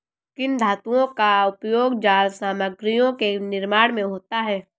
किन धातुओं का उपयोग जाल सामग्रियों के निर्माण में होता है?